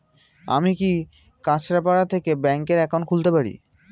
আমি কি কাছরাপাড়া থেকে ব্যাংকের একাউন্ট খুলতে পারি?